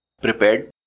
prepared